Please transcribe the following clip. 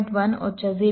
1 ઓછા 0